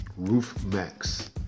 RoofMax